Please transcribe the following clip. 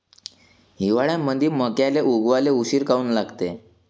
हिवाळ्यामंदी मक्याले उगवाले उशीर काऊन लागते?